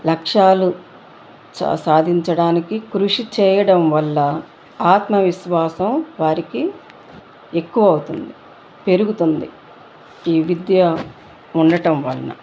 లక్ష్యాలు సాధించడానికి కృషి చేయడం వల్ల ఆత్మవిశ్వాసం వారికి ఎక్కువ అవుతుంది పెరుగుతుంది ఈ విద్య ఉండటం వలన